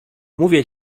mówię